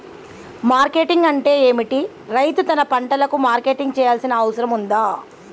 Marketing అంటే ఏమిటి? రైతు తన పంటలకు మార్కెటింగ్ చేయాల్సిన అవసరం ఉందా?